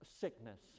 sickness